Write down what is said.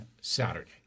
Saturday